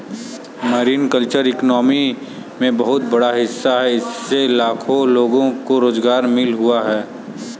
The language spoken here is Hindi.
मरीन कल्चर इकॉनमी में बहुत बड़ा हिस्सा है इससे लाखों लोगों को रोज़गार मिल हुआ है